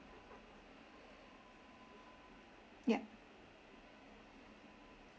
yup